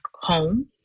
home